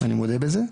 אני מודה בזה,